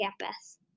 campus